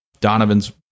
Donovan's